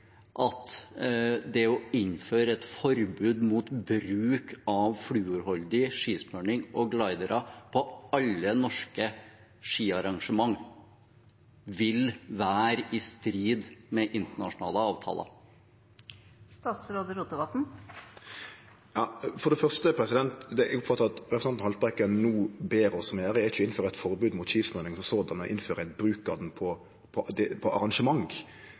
at det å innføre et forbud mot bruk av fluorholdig skismøring og glidere på alle norske skiarrangement vil være i strid med internasjonale avtaler? For det første: Det eg oppfattar at representanten Haltbrekken no ber oss om gjere, er ikkje å innføre eit forbod mot skismurning i seg sjølv, men å innføre forbod mot bruk på arrangement. Då går ein i så fall inn i det